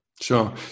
sure